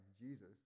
Jesus